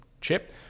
chip